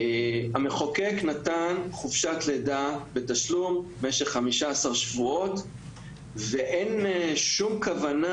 המחוקק נתן חופשת לידה בתשלום למשך 15 שבועות ואין שום כוונה